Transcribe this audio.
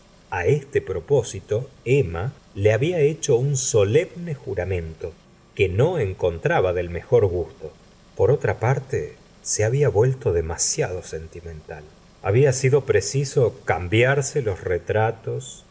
a este propósito emma le habla hecho un solemne juramento que no encontraba del mejor gusto por otra parte se había vuelto demasiado sentimental había sido preciso cambiarse los retratos